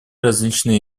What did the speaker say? различные